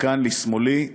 וכאן לשמאלי,